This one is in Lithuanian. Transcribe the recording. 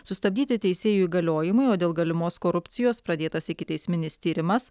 sustabdyti teisėjų įgaliojimai o dėl galimos korupcijos pradėtas ikiteisminis tyrimas